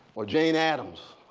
or jane adams,